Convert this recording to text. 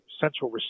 central